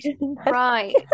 Right